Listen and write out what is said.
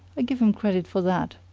i give him credit for that,